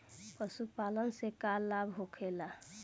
पशुपालन से का लाभ होखेला?